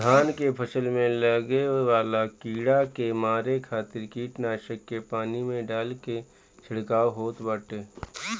धान के फसल में लागे वाला कीड़ा के मारे खातिर कीटनाशक के पानी में डाल के छिड़काव होत बाटे